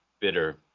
bitter